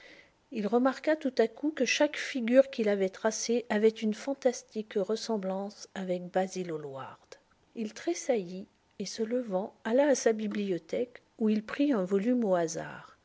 il remarqua tout à coup que chaque figure qu'il avait tracée avait une fantastique ressemblance avec basil hallward il tressaillit et se levant alla à sa bibliothèque où il prit un volume au hasard